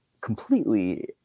completely